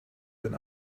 than